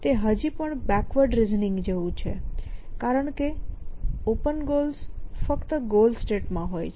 તે હજી પણ બેકવર્ડ રિઝનિંગ જેવું છે કારણ કે ઓપન ગોલ્સ ફક્ત ગોલ સ્ટેટમાં હોય છે